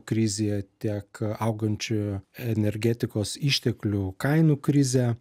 krizėje tiek augančioje energetikos išteklių kainų krizę